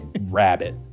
Rabbit